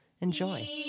Enjoy